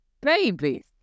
Baby